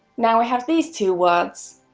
now we have these two words,